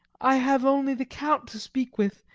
i have only the count to speak with,